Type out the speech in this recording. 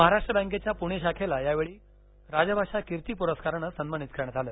महाराष्ट्र बँकेच्या पुणे शाखेला यावेळी राजभाषा कीर्ती पुरस्कारानं सन्मानित करण्यात आलं